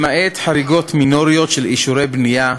למעט חריגות מינוריות של אישורי בנייה,